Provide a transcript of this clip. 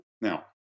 Now